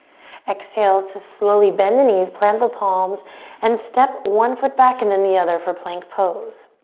exhale to slowly bend the knees, plant the palms and step one foot back and then the other for plank pose.